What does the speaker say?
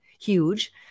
huge